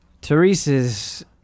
Teresa's